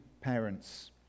parents